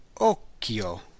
Occhio